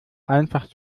einfach